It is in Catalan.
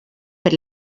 per